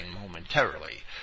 momentarily